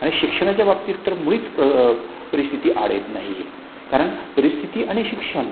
आणि शिक्षणाच्या बाबतीत तर मुळीच प्र परिस्थिती आड येत नाहीये कारण परिस्थिती आणि शिक्षण